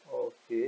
okay